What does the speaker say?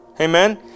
amen